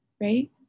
right